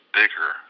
bigger